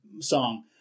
song